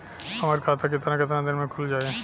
हमर खाता कितना केतना दिन में खुल जाई?